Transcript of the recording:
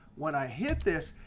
when i hit this,